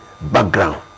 background